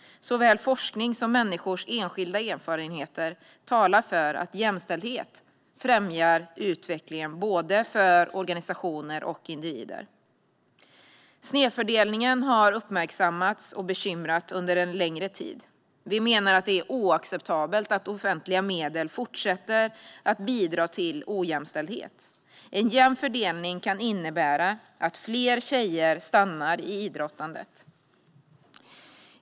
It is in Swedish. Såväl forskning som människors enskilda erfarenheter talar för att jämställdhet främjar utvecklingen både för organisationer och individer. Snedfördelningen har uppmärksammats och bekymrat under en längre tid. Vi menar att det är oacceptabelt att offentliga medel fortsätter att bidra till ojämställdhet. En jämn fördelning kan innebära att fler tjejer stannar kvar i idrottandet.